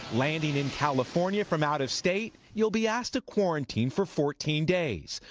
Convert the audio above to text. landing in california from out of state you will be asked to quarantine for fourteen days.